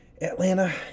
Atlanta